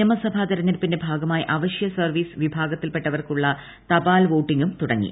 നിയമസഭാ തെരഞ്ഞെടുപ്പിന്റെ ഭാഗമായി അവശ്യ സർവീസ് വിഭാഗത്തിൽപ്പെട്ടവർക്കുള്ള തപാൽ വോട്ടിങ്ങും തുടങ്ങി